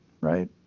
right